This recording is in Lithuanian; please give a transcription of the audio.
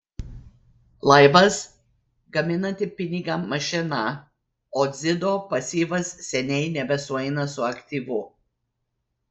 laivas gaminanti pinigą mašina o dzido pasyvas seniai nebesueina su aktyvu